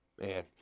Man